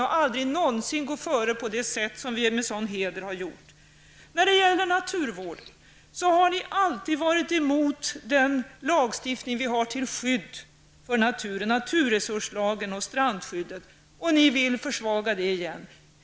Ni har aldrig någonsin gått före på det sätt som vi med heder har gjort. När det gäller naturvården har ni alltid varit emot den lagstiftning som vi har till skydd för naturen, naturresurslagen och strandskyddet. Ni vill försvaga den igen.